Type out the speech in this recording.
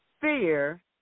Fear